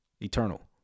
Eternal